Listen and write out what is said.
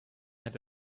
had